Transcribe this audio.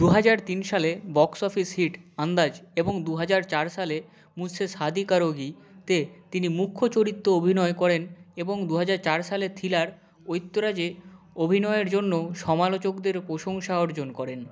দু হাজার তিন সালে বক্স অফিস হিট আন্দাজ এবং দু হাজার চার সালে মুঝসে শাদি করোগি তে তিনি মুখ্য চরিত্রে অভিনয় করেন এবং দু হাজার চার সালের থ্রিলার ঐতরাজ এ অভিনয়ের জন্য সমালোচকদের প্রশংসা অর্জন করেন